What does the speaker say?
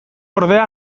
ordea